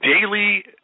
daily